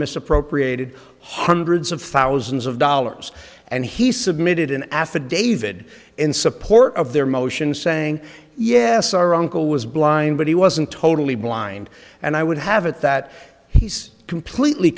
misappropriated hundreds of thousands of dollars and he submitted an affidavit in support of their motion saying yes our uncle was blind but he wasn't totally blind and i would have it that he's completely